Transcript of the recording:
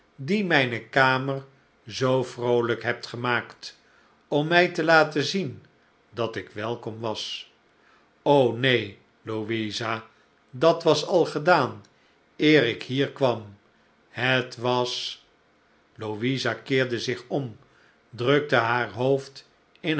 die mijne kamer zoo vroolijk hebt gemaakt om mij te laten zien dat ik welkom was neen louisa dat was al gedaan eer ik hier kwam het was louisa keerde zich om drukte haar hoofd in